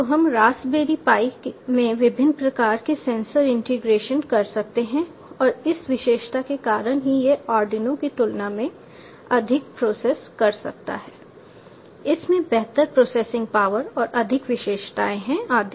तो हम Raspberry Pi में विभिन्न प्रकार के सेंसर इंटीग्रेशन कर सकते हैं और इस विशेषता के कारण कि यह आर्डिनो की तुलना में अधिक प्रोसेस कर सकता है इसमें बेहतर प्रोसेसिंग पावर और अधिक विशेषताएं हैं आदि